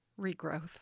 regrowth